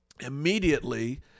Immediately